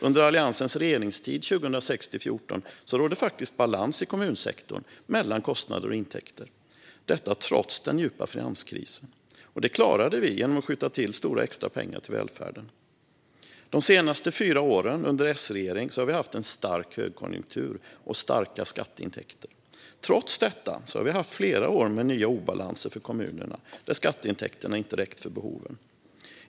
Under Alliansens regeringstid 2006-2014 rådde faktiskt balans i kommunsektorn mellan kostnader och intäkter, detta trots den djupa finanskrisen. Detta klarade vi genom att skjuta till stora extra pengar till välfärden. De senaste fyra åren under en S-regering har vi haft en stark högkonjunktur och höga skatteintäkter. Trots detta har vi haft flera år med nya obalanser för kommunerna där skatteintäkterna inte räckt för behoven.